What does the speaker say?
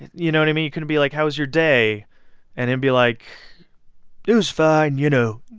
you know what i mean? you couldn't be like how was your day and him be like it was fine, you know,